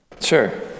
Sure